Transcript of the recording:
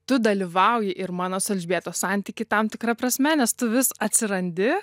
tu dalyvauji ir mano su elžbietos santyky tam tikra prasme nes tu vis atsirandi